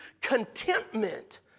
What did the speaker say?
contentment